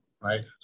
right